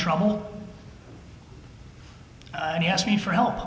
trouble and he asked me for help